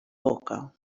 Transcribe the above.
boca